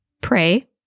Pray